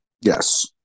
Yes